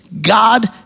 God